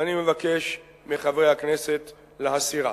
ואני מבקש מחברי הכנסת להסירה.